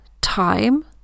time